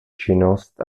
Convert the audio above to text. činnost